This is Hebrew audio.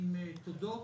עם תודות.